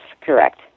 correct